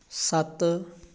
ਸੱਤ